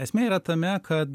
esmė yra tame kad